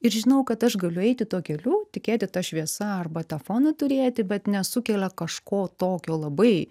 ir žinau kad aš galiu eiti tuo keliu tikėti ta šviesa arba tą foną turėti bet nesukelia kažko tokio labai